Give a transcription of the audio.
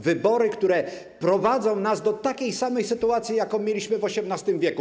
Wybory, które prowadzą nas do takiej samej sytuacji, jaką mieliśmy w XVIII w.